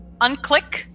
unclick